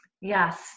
Yes